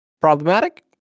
Problematic